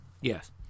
Yes